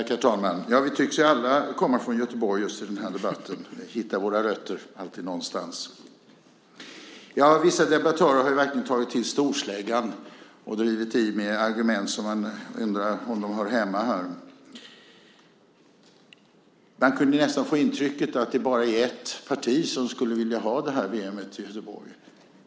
Herr talman! I denna debatt tycks vi alla komma från Göteborg och hitta våra rötter. Vissa debattörer har verkligen tagit till storsläggan och drivit på med argument som man undrar om de hör hemma här. Man kunde nästan få intrycket att det bara är ett parti som skulle vilja ha detta VM till Göteborg.